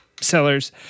sellers